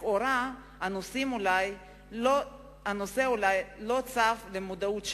לכאורה, הנושא אולי לא צף למודעות שלנו,